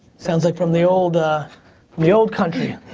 sounds like from the old ah the old country.